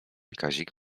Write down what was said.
kazik